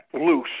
loose